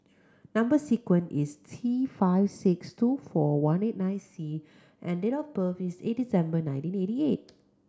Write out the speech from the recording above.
number sequence is T five six two four one eight nine C and date of birth is eight December nineteen eighty eight